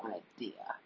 idea